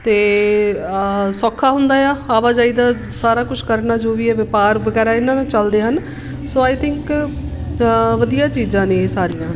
ਅਤੇ ਸੌਖਾ ਹੁੰਦਾ ਆ ਆਵਾਜਾਈ ਦਾ ਸਾਰਾ ਕੁਛ ਕਰਨਾ ਜੋ ਵੀ ਹੈ ਵਪਾਰ ਵਗੈਰਾ ਇਹਨਾਂ ਨਾਲ ਚੱਲਦੇ ਹਨ ਸੋ ਆਈ ਥਿੰਕ ਵਧੀਆ ਚੀਜ਼ਾਂ ਨੇ ਇਹ ਸਾਰੀਆਂ